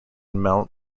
mount